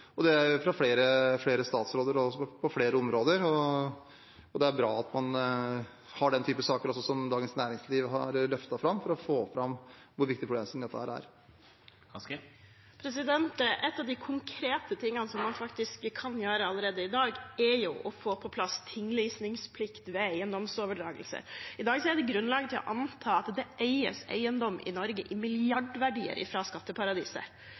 fra flere statsråder og på flere områder. Det er bra at man har den typen saker som den Dagens Næringsliv har løftet fram, for å få fram hvor viktig problemstilling dette er. Kari Elisabeth Kaski – til oppfølgingsspørsmål. En av de konkrete tingene som man faktisk kan gjøre allerede i dag, er å få på plass tinglysningsplikt ved eiendomsoverdragelse. I dag er det grunn til å anta at det eies eiendom i Norge i milliardverdier fra skatteparadiser.